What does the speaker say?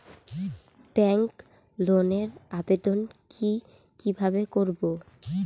Bank লোনের আবেদন কি কিভাবে করব?